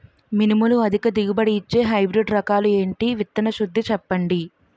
మినుములు అధిక దిగుబడి ఇచ్చే హైబ్రిడ్ రకాలు ఏంటి? విత్తన శుద్ధి చెప్పండి?